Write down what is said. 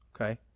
Okay